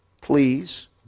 please